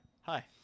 hi